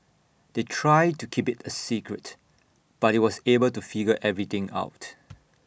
they tried to keep IT A secret but he was able to figure everything out